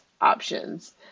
options